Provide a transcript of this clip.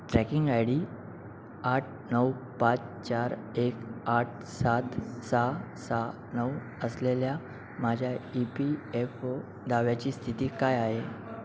tracking I D आठ नऊ पाच चार एक आठ सात सहा नऊ असलेल्या माझ्या ई पी एफ ओ दाव्याची स्थिती काय आहे